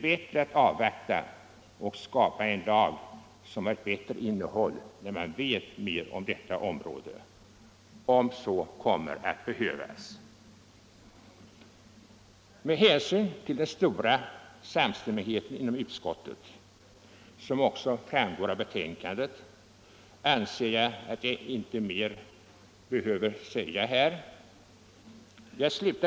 Vi bör därför nu avvakta och skapa en lag med bättre innehåll, om så kommer att behövas, när vi vet mera om detta område. Med hänsyn till den stora samstämmigheten inom utskottet — den framgår också av betänkandet — anser jag mig kunna begränsa mitt anförande till det nu sagda.